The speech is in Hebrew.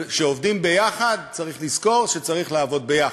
אבל כשעובדים ביחד, צריך לזכור שצריך לעבוד ביחד.